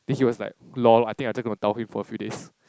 then he was like lol I think I just gonna dao him for a few days